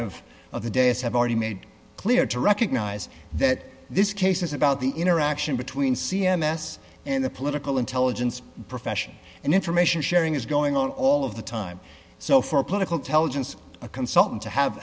of of the days have already made clear to recognize that this case is about the interaction between c m s and the political intelligence profession and information sharing is going on all of the time so for political teligent a consultant to have